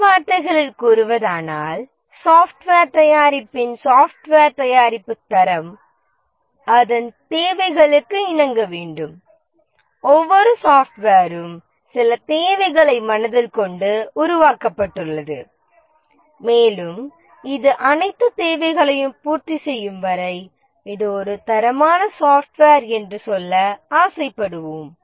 வேறு வார்த்தைகளில் கூறுவதானால் சாப்ட்வேர் தயாரிப்பின் சாப்ட்வேர் தயாரிப்பு தரம் அதன் தேவைகளுக்கு இணங்க வேண்டும் ஒவ்வொரு சாஃப்ட்வேரும் சில தேவைகளை மனதில் கொண்டு உருவாக்கப்பட்டுள்ளது மேலும் இது அனைத்து தேவைகளையும் பூர்த்தி செய்யும் வரை இது ஒரு தரமான சாஃப்ட்வேர் என்று சொல்ல ஆசைப்படுவோம்